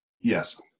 yes